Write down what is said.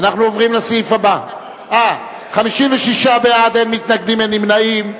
56 בעד, אין מתנגדים ואין נמנעים.